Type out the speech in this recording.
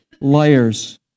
liars